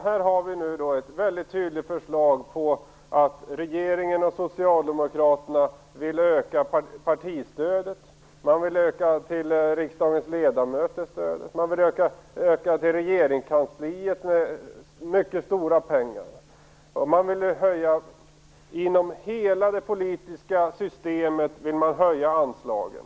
Här har vi nu ett mycket tydligt förslag på att regeringen och Socialdemokraterna vill öka partistödet. Man vill också öka stödet till riksdagens ledamöter. Vidare vill man öka stödet till regeringskansliet, och det rör sig där om mycket stora pengar. Inom hela det politiska systemet vill man höja anslagen.